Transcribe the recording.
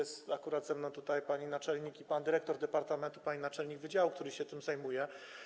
Są akurat ze mną tutaj pani naczelnik i pan dyrektor departamentu, pani naczelnik wydziału, który się tym zajmuje.